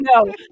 No